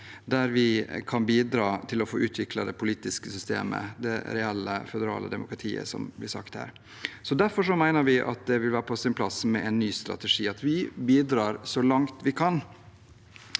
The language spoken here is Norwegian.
der vi kan bidra til å få utviklet det politiske systemet – det reelle føderale demokratiet, som det blir sagt her. Derfor mener vi at det vil være på sin plass med en ny strategi, og at vi bidrar så langt vi kan.